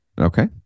okay